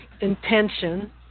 intention